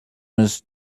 mrs